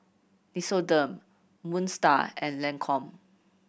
Nixoderm Moon Star and Lancome